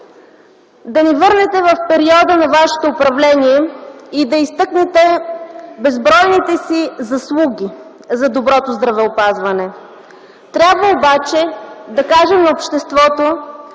да ни върнете в периода на вашето управление, и да изтъкнете безбройните си заслуги за доброто здравеопазване. Трябва обаче да кажа на обществото,